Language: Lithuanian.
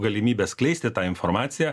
galimybę skleisti tą informaciją